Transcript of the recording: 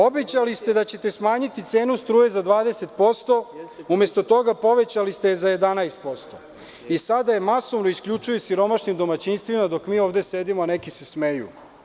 Obećali ste da ćete smanjiti cenu struje za 20%, a umesto toga, povećali ste je za 11% i sada je masovno isključuju siromašnim domaćinstvima, dok mi ovde sedimo, a neki se smeju.